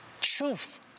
truth